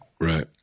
Right